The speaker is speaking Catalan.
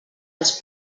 els